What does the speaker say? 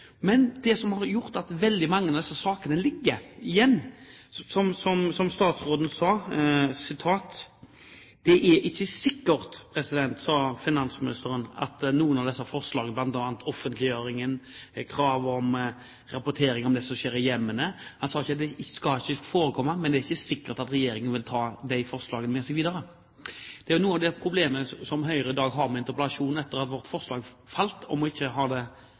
Men det som har gjort at veldig mange av disse sakene ligger igjen, er som finansministeren sa, at «det er ikke sikkert» at regjeringen vil ta med noen av disse forslagene videre, bl.a. offentliggjøringen, krav om rapportering om det som skjer i hjemmene. Han sa at det skal ikke forekomme, men det er ikke sikkert at regjeringen vil ta de forslagene med seg videre. Noe av det problemet Høyre har i dag – med tanke på interpellasjonen – etter at vårt forslag falt om ikke å ha det